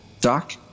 Doc